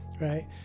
right